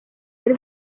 ari